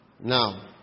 Now